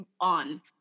on